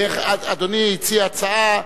אדוני הציע הצעה,